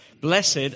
Blessed